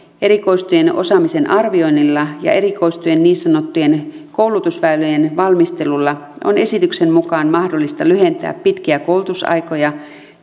erikoistujien osaamisen arvioinnilla ja erikoistujien niin sanottujen koulutusväylien valmistelulla on esityksen mukaan mahdollista lyhentää pitkiä koulutusaikoja